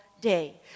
day